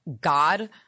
God –